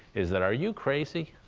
is that are you crazy?